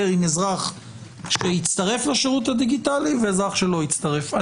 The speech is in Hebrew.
עם אזרח שהצטרף לשירות הדיגיטלי ואזרח שלא הצטרף.